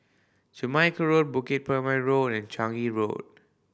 Jamaica Road Bukit Purmei Road and Changi Road